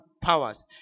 powers